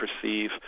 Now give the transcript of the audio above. perceive